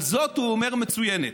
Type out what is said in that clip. על זאת הוא אומר "מצוינת".